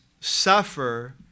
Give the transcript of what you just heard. suffer